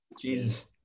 Jesus